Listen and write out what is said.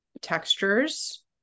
textures